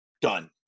Done